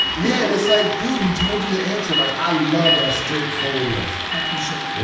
yeah, and it's like dude, he told you the answer. like i love that straightforwardness. i appreciate it.